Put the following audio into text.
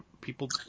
people